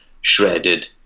shredded